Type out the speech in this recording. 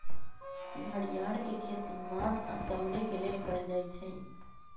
घरिआर के खेती मास आऽ चमड़े के लेल कएल जाइ छइ